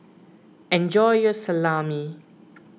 enjoy your Salami